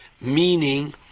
meaning